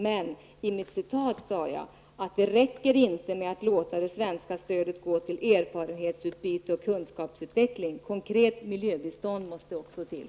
Men i mitt citat sade jag ''Det räcker inte med att låta det svenska stödet gå till erfarenhetsutbyte och kunskapsutveckling. Konkret miljöbistånd måste också till.''